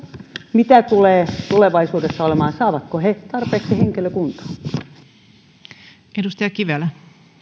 mitä tulee tulevaisuudessa olemaan saavatko he tarpeeksi henkilökuntaa